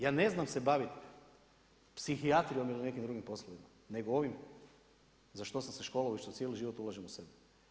Ja ne znam se bavit psihijatrijom ili nekim drugim poslovima, nego ovim za što sam se školovao i što cijeli život ulažem u sebe.